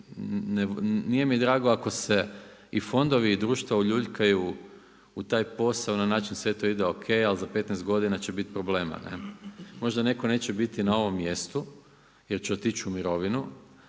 Nije mi drago ako se i fondovi i društva uljuljkaju u taj posao na način sve to ide o.k. Ali za 15 godina će bit problema. Možda netko neće biti na ovom mjestu jer će otići u mirovinu,